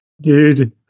Dude